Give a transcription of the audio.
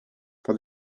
for